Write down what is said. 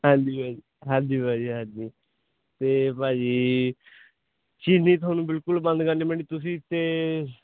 ਹਾਂਜੀ ਭਾਜੀ ਹਾਂਜੀ ਭਾਜੀ ਹਾਂਜੀ ਅਤੇ ਭਾਜੀ ਚੀਨੀ ਤੁਹਾਨੂੰ ਬਿਲਕੁਲ ਬੰਦ ਕਰਨੀ ਪੈਣੀ ਤੁਸੀਂ ਅਤੇ